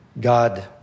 God